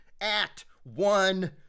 at-one